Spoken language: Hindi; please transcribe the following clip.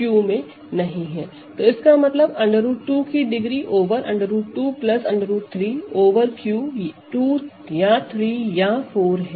तो इसका मतलब √2 की डिग्री ओवर √2 √3 ओवर Q 2 या 3 या 4 है